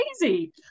crazy